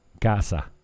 Casa